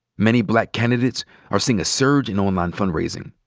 many black candidates are seeing a surge in online fundraising.